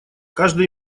каждый